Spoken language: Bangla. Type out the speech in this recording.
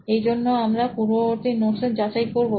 এই জন্য আমরা পূর্ববর্তী নোটস এর যাচাই করবো